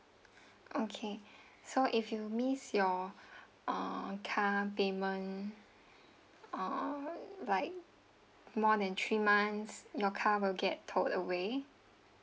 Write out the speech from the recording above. okay so if you miss your uh car payment uh like more than three months your car will get towed away